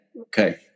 Okay